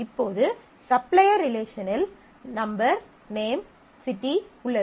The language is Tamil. இப்போது சப்ளையர் ரிலேஷனில் number name city number name city உள்ளது